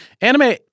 Anime